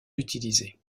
utilisé